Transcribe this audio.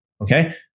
Okay